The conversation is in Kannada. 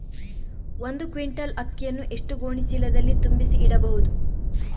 ಒಂದು ಕ್ವಿಂಟಾಲ್ ಅಕ್ಕಿಯನ್ನು ಎಷ್ಟು ಗೋಣಿಚೀಲದಲ್ಲಿ ತುಂಬಿಸಿ ಇಡಬಹುದು?